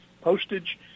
postage